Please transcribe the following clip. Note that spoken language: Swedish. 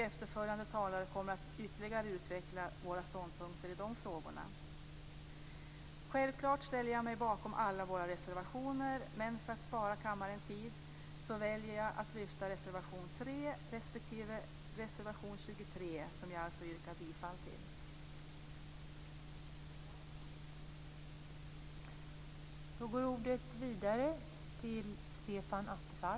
Efterföljande talare kommer att ytterligare utveckla våra ståndpunkter i de frågorna. Självklart ställer jag mig bakom alla våra reservationer, men för att spara kammarens tid väljer jag att lyfta fram reservation 3 respektive reservation 23, som jag alltså yrkar bifall till.